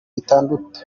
bitandatu